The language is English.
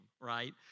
right